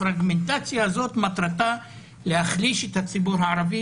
מטרת הפרגמנטציה הזאת היא להחליש את הציבור הערבי